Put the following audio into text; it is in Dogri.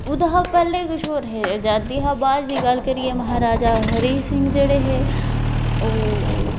ओह्दे शा पैह्ले कुछ होर हे अजादी शा बाद दी गल्ल करिये ते महाराज हरी सिंह जेह्ड़े हे ओह्